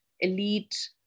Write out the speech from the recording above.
elite